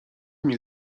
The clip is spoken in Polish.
mnie